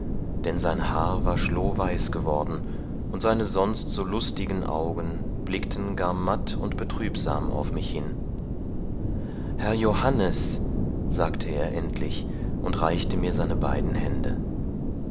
denn sein haar war schlohweiß geworden und seine sonst so lustigen augen blickten gar matt und betrübsam auf mich hin herr johannes sagte er endlich und reichte mir seine beiden hände